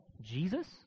Jesus